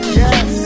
yes